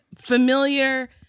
familiar